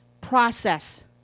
process